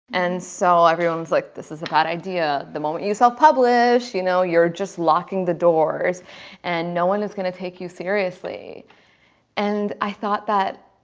and so everyone's like this is a bad idea the moment you self-publish, you know you're just locking the doors and no one is gonna take you seriously and i thought that